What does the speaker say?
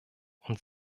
und